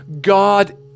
God